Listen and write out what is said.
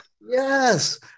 Yes